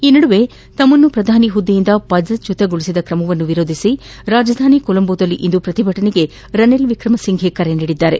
ಈ ನಡುವೆ ತಮ್ಮನ್ನು ಪ್ರಧಾನಿ ಹುದ್ದೆಯಿಂದ ಪದಚ್ಚುತಗೊಳಿಬದ ಕ್ರಮವನ್ನು ವಿರೋಧಿಸಿ ರಾಜಧಾನಿ ಕೊಲಂಬೋದಲ್ಲಿ ಇಂದು ಪ್ರತಿಭಟನೆಗೆ ರನಿಲ್ ವಿಕ್ರಮಸಿಂಘೆ ಕರೆ ನೀಡಿದ್ದಾರೆ